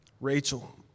Rachel